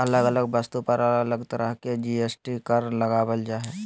अलग अलग वस्तु पर अलग अलग तरह के जी.एस.टी कर लगावल जा हय